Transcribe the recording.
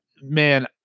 man